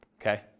Okay